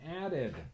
added